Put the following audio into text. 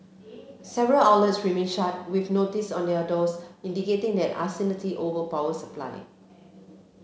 several outlets remained shut with notices on their doors indicating the uncertainty over power supply